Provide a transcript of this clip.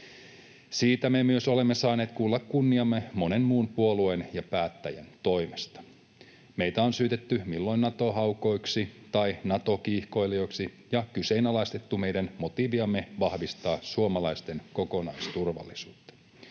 Siitä me myös olemme saaneet kuulla kunniamme monen muun puolueen ja päättäjän toimesta. Meitä on syytetty milloin Nato-haukoiksi tai Nato-kiihkoilijoiksi ja kyseenalaistettu meidän motiiviamme vahvistaa suomalaisten kokonaisturvallisuutta.